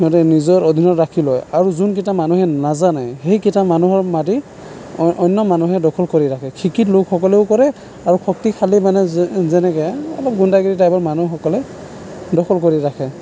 সিহঁতে নিজৰ অধীনত ৰাখি লয় আৰু যোনকেইটা মানুহে নাজানে সেইকেইটা মানুহৰ মাৰি অন্য মানুহে দখল কৰি ৰাখে শিক্ষিত লোকসকলেও কৰে আৰু শক্তিশালী মানে যেনেকৈ অলপ গুণ্ডাগিৰি টাইপৰ মানুহসকলে দখল কৰি ৰাখে